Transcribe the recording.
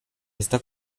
esta